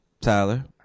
Tyler